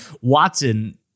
Watson –